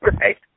right